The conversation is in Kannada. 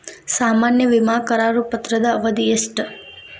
ಸಾಮಾನ್ಯ ವಿಮಾ ಕರಾರು ಪತ್ರದ ಅವಧಿ ಎಷ್ಟ?